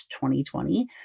2020